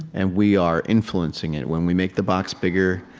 and we are influencing it. when we make the box bigger,